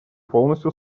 полностью